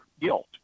guilt